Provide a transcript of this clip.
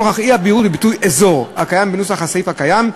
נוכח האי-בהירות בביטוי "אזור" בנוסח הסעיף הקיים,